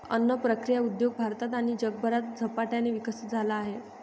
अन्न प्रक्रिया उद्योग भारतात आणि जगभरात झपाट्याने विकसित झाला आहे